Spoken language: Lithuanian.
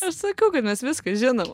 aš sakau kad mes viską žinom